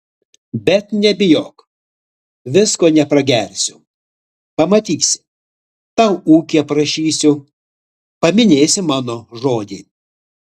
bet nebijok visko nepragersiu pamatysi tau ūkį aprašysiu paminėsi mano žodį